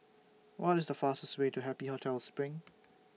What IS The fastest Way to Happy Hotel SPRING